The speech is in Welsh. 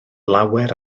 lawer